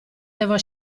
devo